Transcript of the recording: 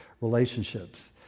relationships